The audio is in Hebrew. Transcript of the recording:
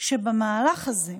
שבמהלך הזה,